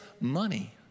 money